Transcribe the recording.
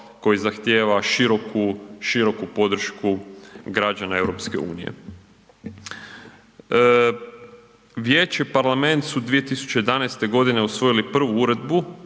koji zahtjeva široku podršku građana EU. Vijeće i Parlament su 2011. godine osvojili prvu uredbu